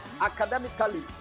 academically